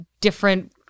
different